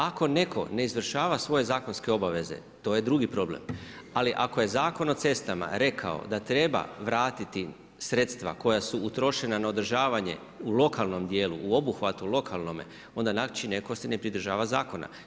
Ako netko ne izvršava svoje zakonske obveze to je drugi problem, ali ako je Zakon o cestama rekao da treba vratiti sredstva koja su utrošena na održavanje u lokalnom dijelu u obuhvatu lokalnome onda znači neko se ne pridržava zakona.